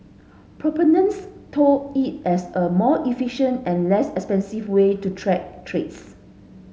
proponents tout it as a more efficient and less expensive way to track trades